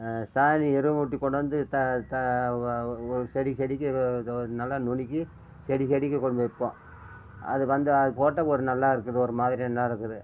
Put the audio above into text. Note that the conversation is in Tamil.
சாணி எருவூட்டி கொண்டாந்து த த ஒரு செடிக்கு செடிக்கு நல்லா நுணுக்கி செடி செடிக்கு கொண்டு போய் வைப்போம் அது வந்து அது போட்டால் ஒரு நல்லா இருக்குது ஒரு மாதிரி நல்லா இருக்குது